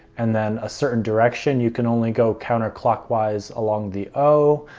and then a certain direction you can only go counterclockwise along the o.